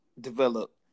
develop